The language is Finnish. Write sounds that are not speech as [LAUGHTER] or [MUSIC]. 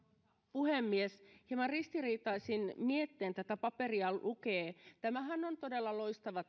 puhemies hieman ristiriitaisin miettein tätä paperia lukee tämä selontekohan on todella loistava [UNINTELLIGIBLE]